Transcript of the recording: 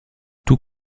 tous